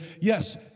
Yes